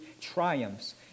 triumphs